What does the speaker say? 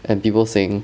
and people saying